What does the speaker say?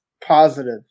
positive